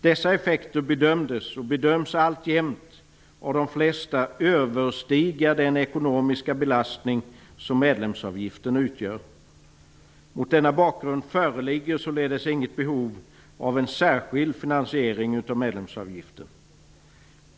Dessa effekter bedömdes och bedöms alltjämt av de flesta överstiga den ekonomiska belastning som medlemsavgiften utgör. Mot denna bakgrund föreligger således inget behov av en särskild finansiering av medlemsavgiften.